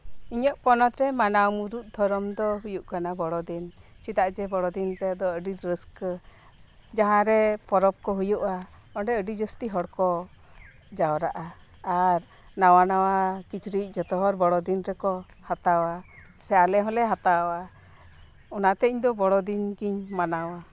ᱤᱧᱟᱹᱜ ᱯᱚᱱᱚᱛ ᱨᱮ ᱢᱟᱱᱟᱣ ᱢᱩᱲᱩᱫ ᱫᱷᱚᱨᱚᱢ ᱫᱚ ᱦᱳᱭᱳᱜ ᱠᱟᱱᱟ ᱵᱚᱲᱚ ᱫᱤᱱ ᱪᱮᱫᱟᱜ ᱡᱮ ᱵᱚᱲᱚ ᱫᱤᱱ ᱨᱮ ᱟᱰᱤ ᱨᱟᱹᱥᱠᱟᱹ ᱡᱟᱦᱟᱸᱨᱮ ᱯᱚᱨᱚᱵᱽ ᱠᱚ ᱦᱳᱭᱳᱜᱼᱟ ᱚᱸᱰᱮ ᱟᱰᱤ ᱡᱟᱥᱛᱤ ᱦᱚᱲ ᱠᱚ ᱡᱟᱣᱨᱟᱜᱼᱟ ᱟᱨ ᱱᱟᱶᱟ ᱱᱟᱶᱟ ᱠᱤᱪᱨᱤᱡ ᱡᱷᱚᱛᱚ ᱦᱚᱲ ᱵᱚᱲᱚ ᱫᱤᱱ ᱨᱮᱠᱚ ᱦᱟᱛᱟᱣᱟ ᱥᱮ ᱟᱞᱮ ᱦᱚᱸᱞᱮ ᱦᱟᱛᱟᱣᱟ ᱚᱱᱟᱛᱮ ᱤᱧ ᱫᱚ ᱵᱚᱲᱚ ᱫᱤᱱ ᱜᱤᱧ ᱢᱟᱱᱟᱣᱟ